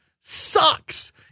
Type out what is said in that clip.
sucks